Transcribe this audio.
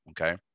okay